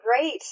great